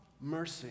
mercy